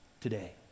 today